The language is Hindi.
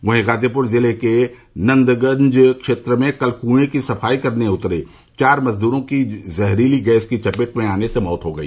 वहीं गाजीपुर जिले के नन्दगंज क्षेत्र में कल कुए की सफाई करने उतरे चार मजदूरों की जहरीली गैस की चपेट में आने से मौत हो गई